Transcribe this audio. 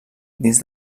dins